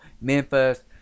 Memphis